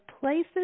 places